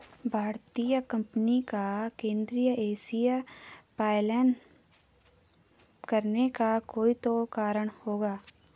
भारतीय कंपनी का केंद्रीय एशिया पलायन करने का कोई तो कारण होगा